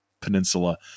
peninsula